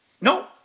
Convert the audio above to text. No